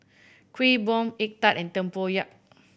Kuih Bom egg tart and tempoyak